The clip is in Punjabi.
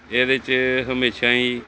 ਇਹਦੇ 'ਚ ਹਮੇਸ਼ਾ ਹੀ